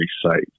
site